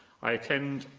i intend,